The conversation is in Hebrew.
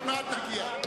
עוד מעט נגיע.